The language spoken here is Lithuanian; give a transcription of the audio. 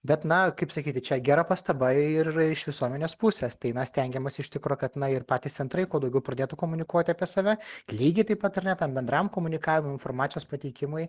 bet na kaip sakyti čia gera pastaba ir iš visuomenės pusės tai na stengiamasi iš tikro kad ir patys centrai kuo daugiau pradėtų komunikuoti apie save lygiai taip pat ar ne tam bendram komunikavimui informacijos pateikimui